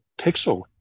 pixel